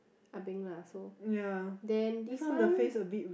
ah beng lah so then this one